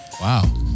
wow